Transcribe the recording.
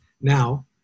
Now